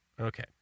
Okay